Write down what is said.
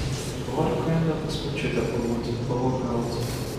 noriu kaime pas močiutę pabūt pauogaut